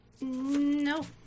No